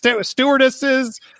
stewardesses